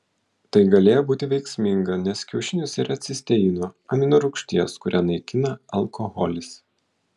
tai galėjo būti veiksminga nes kiaušiniuose yra cisteino amino rūgšties kurią naikina alkoholis